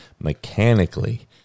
mechanically